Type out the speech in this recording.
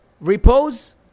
repose